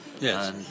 Yes